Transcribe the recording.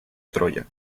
troya